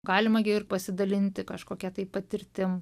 galima gi ir pasidalinti kažkokia tai patirtim